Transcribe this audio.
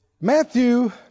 Matthew